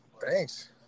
thanks